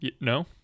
No